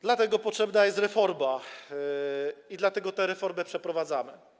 Dlatego potrzebna jest reforma i dlatego tę reformę przeprowadzamy.